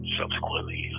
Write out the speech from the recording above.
subsequently